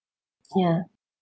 ya